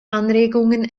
anregungen